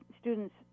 Student's